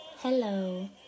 Hello